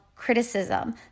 criticism